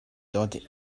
dort